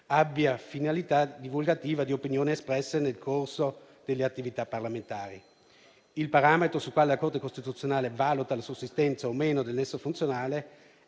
abbia finalità divulgativa di opinioni espresse nel corso delle attività parlamentari. Il parametro sul quale la Corte costituzionale valuta la sussistenza o meno del nesso funzionale